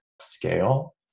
scale